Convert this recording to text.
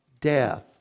death